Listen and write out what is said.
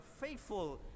faithful